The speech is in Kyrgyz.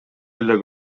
эле